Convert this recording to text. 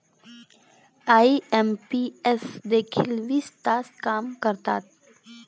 IMPS देखील वीस तास काम करतात?